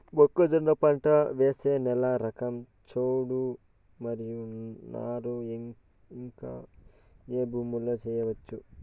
మొక్కజొన్న పంట వేసే నేల రకం చౌడు మరియు నారు ఇంకా ఏ భూముల్లో చేయొచ్చు?